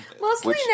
Mostly